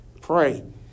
Pray